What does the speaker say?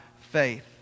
faith